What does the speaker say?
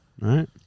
right